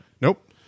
Nope